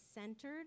centered